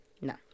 No